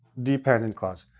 dependent clause.